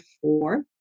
four